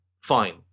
fine